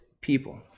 people